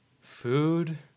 food